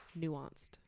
nuanced